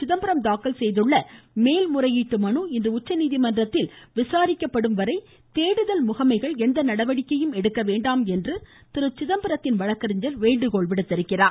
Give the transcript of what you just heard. சிதம்பரம் தாக்கல் செய்துள்ள மேல் முறையீட்டு மனு இன்று உச்சநீதிமன்றத்தில் விசாரிக்கப்படும் வரை தேடுதல் முகமைகள் எந்த நடவடிக்கையும் எடுக்க வேண்டாம் என்று சிதம்பரத்தின் வழக்கறிஞர் வேண்டுகோள் விடுத்திருக்கிறார்